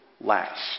last